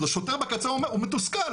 אז השוטר בקצה הוא מתוסכל.